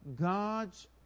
God's